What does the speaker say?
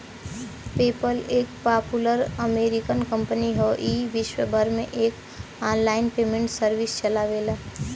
PayPal एक popular American company हौ ई विश्वभर में एक आनलाइन पेमेंट सर्विस चलावेला